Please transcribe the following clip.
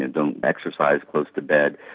and don't exercise close to bed,